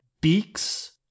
beaks